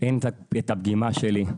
אין את הפגימה שלי,